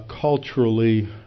culturally